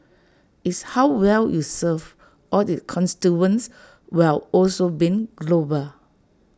it's how well you serve all its constituents while also being global